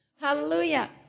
Hallelujah